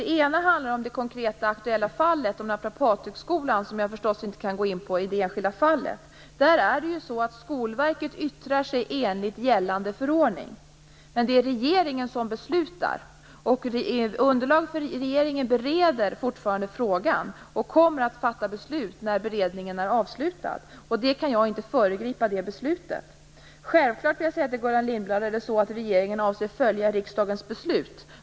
Den ena handlar om det konkreta aktuella fallet, dvs. om Naprapathögskolan, och jag kan förstås inte gå in på det enskilda fallet. Skolverket yttrar sig enligt gällande förordning, men det är regeringen som beslutar. Regeringen bereder fortfarande frågan och kommer att fatta beslut när beredningen är avslutad. Jag kan inte föregripa det beslutet. Till Gullan Lindblad vill jag säga att regeringen självfallet avser att följa riksdagens beslut.